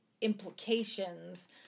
implications